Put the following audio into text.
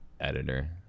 editor